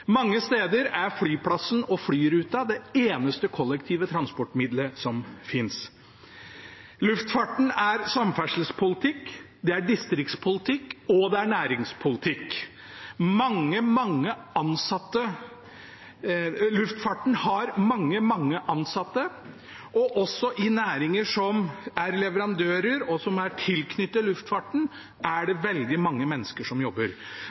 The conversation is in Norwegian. Mange steder er flyplassen og flyruta det eneste kollektive transportmidlet som fins. Luftfarten er samferdselspolitikk, det er distriktspolitikk, og det er næringspolitikk. Luftfarten har mange, mange ansatte, og også i næringer som er leverandører, og som er tilknyttet luftfarten, er det veldig mange mennesker som jobber.